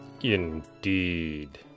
Indeed